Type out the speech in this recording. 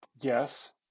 Yes